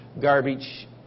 garbage